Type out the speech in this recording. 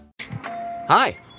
Hi